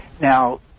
Now